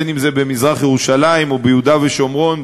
אם במזרח-ירושלים ואם ביהודה ושומרון,